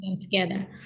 together